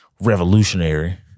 revolutionary